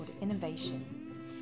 Innovation